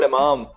Imam